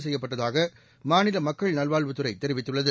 செய்யப்பட்டதாக மாநில மக்கள் நல்வாழ்வுத்துறை தெரிவித்துள்ளது